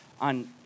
on